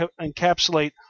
encapsulate